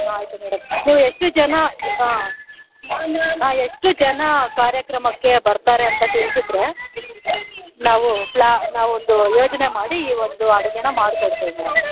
ಆಯಿತು ಮೇಡಮ್ ನೀವು ಎಷ್ಟು ಜನ ಹಾಂ ಹಾಂ ಎಷ್ಟು ಜನ ಕಾರ್ಯಕ್ರಮಕ್ಕೆ ಬರ್ತಾರೆ ಅಂತ ತಿಳ್ಸಿದ್ರೆ ನಾವು ಪ್ಲಾ ನಾವು ಒಂದು ಯೋಜನೆ ಮಾಡಿ ಈ ಒಂದು ಅಡಿಗೇನಾ ಮಾಡ್ಕೊಡ್ತೇವೆ ಮೇಡಮ್